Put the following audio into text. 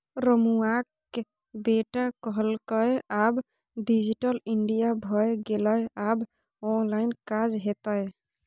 रमुआक बेटा कहलकै आब डिजिटल इंडिया भए गेलै आब ऑनलाइन काज हेतै